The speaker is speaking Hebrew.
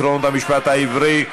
עקרונות המשפט העברי),